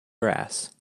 grass